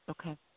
Okay